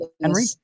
Henry